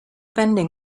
vending